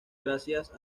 gracias